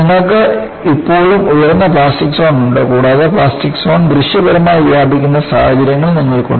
നിങ്ങൾക്ക് ഇപ്പോഴും ഉയർന്ന പ്ലാസ്റ്റിക് സോൺ ഉണ്ട് കൂടാതെ പ്ലാസ്റ്റിക് സോൺ ദൃശ്യപരമായി വ്യാപിക്കുന്ന സാഹചര്യങ്ങളും നിങ്ങൾക്കുണ്ട്